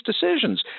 decisions